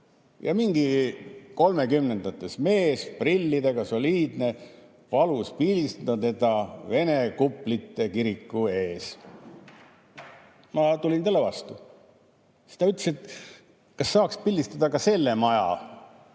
ja mingi kolmekümnendates mees – prillidega, soliidne – palus pildistada teda vene kuplitega kiriku ees. Ma tulin talle vastu. Siis ta ütles, et kas saaks pildistada ka selle maja